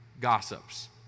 gossips